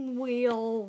wheel